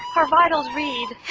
her vitals read.